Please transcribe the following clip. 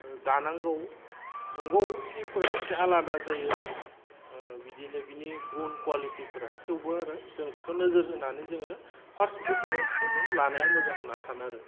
दानांगौ नंगौ सिफोरा एसे आलादा जायो बिदिनो बिनि गुन कवालिटिफ्रा थेवबो आरो जों बेखौ नोजोर होनानै जोङो फार्स्ट प्रिफारेन्सखो जों लानाया मोजां होन्ना सानो आरो